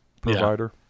provider